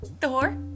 Thor